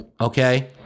okay